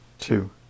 Two